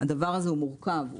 הדבר הזה הוא מורכב,